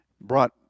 brought